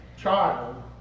child